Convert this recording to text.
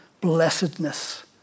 blessedness